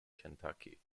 kentucky